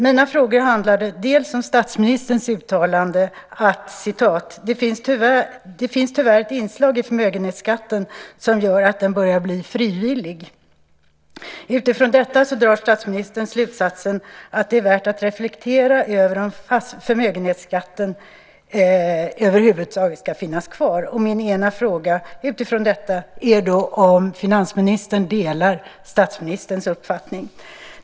Mina frågor handlade bland annat om statsministerns uttalande att det tyvärr finns ett inslag i förmögenhetsskatten som gör att den börjar bli frivillig. Utifrån detta drar statsministern slutsatsen att det är värt att reflektera över om förmögenhetsskatten över huvud taget ska finnas kvar. Min ena fråga utifrån detta är om finansministern delar statsministerns uppfattning.